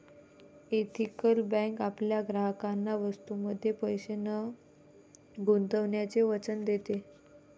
ethical bank आपल्या ग्राहकांना वस्तूंमध्ये पैसे न गुंतवण्याचे वचन देते